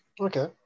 Okay